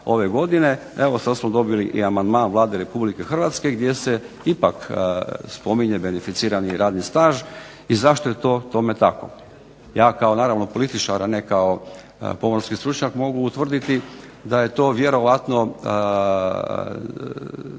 ove godine, evo sad smo dobili i amandman Vlade Republike Hrvatske, gdje se ipak spominje beneficirani radni staž, i zašto je to tome tako. Ja kao naravno političar, a ne kao pomorski stručnjak mogu utvrditi da je to vjerovatno,